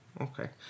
Okay